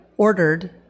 ordered